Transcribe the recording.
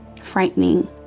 frightening